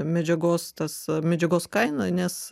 medžiagos tas medžiagos kaina nes